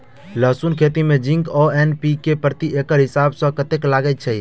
लहसून खेती मे जिंक आ एन.पी.के प्रति एकड़ हिसाब सँ कतेक लागै छै?